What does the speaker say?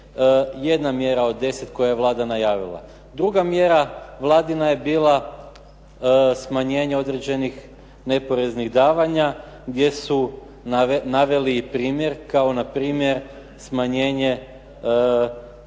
jedna mjera od deset koje je Vlada najavila. Druga mjera Vladina je bila smanjenje određenih neporeznih davanja gdje su naveli i primjer, kao npr. smanjenje članarine